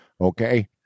Okay